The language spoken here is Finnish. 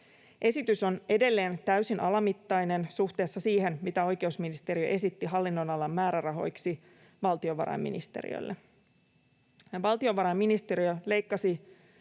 Esitys on edelleen täysin alamittainen suhteessa siihen, mitä oikeusministeriö esitti hallinnonalan määrärahoiksi valtiovarainministeriölle. Valtiovarainministeriö leikkasi